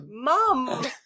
Mom